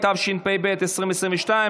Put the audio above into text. התשפ"ב 2022,